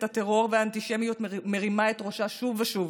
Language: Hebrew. הטרור והאנטישמיות מרימה את ראשה שוב ושוב,